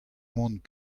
mont